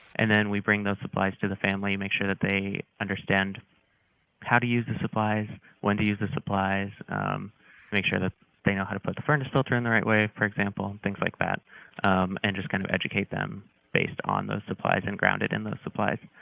and then we bring those supplies to the family make sure that they understand how to use the supplies when to use the supplies make sure that they know how to put the furnace filter in the right way, for example, and things like that and just kind of educate them based on those supplies and grounded in those supplies.